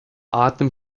atem